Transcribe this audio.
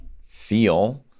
feel